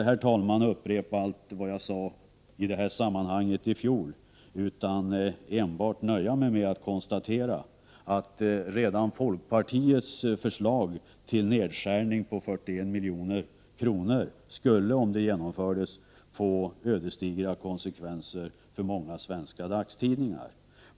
Jag skall inte upprepa allt vad jag sade i detta sammanhang i fjol utan nöja mig med att konstatera att redan folkpartiets förslag på en nedskärning med 41 milj.kr. skulle, om det genomfördes, få ödesdigra konsekvenser för många svenska dagstidningar.